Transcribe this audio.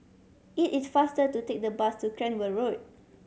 it is faster to take the bus to Cranwell Road